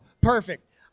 Perfect